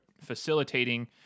facilitating